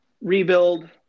rebuild